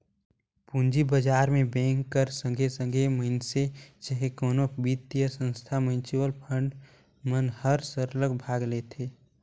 पूंजी बजार में बेंक कर संघे संघे कोनो मइनसे चहे कोनो बित्तीय संस्था, म्युचुअल फंड मन हर सरलग भाग लेथे